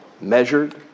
measured